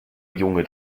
junge